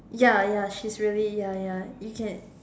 ya ya she's really ya ya you can